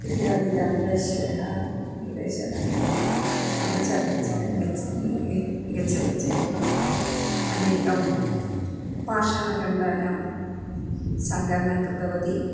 इत्यादीनां पश्यः प्रदेशानां गच्छामि च गच्छ गच्छति चेत् अनेकानां पाषाणकण्डानां सङ्ग्रहणं कृतवती